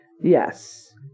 Yes